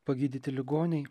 pagydyti ligoniai